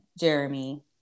Jeremy